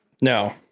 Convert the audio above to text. No